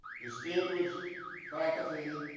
distinguished faculty,